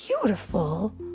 beautiful